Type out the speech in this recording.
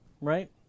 right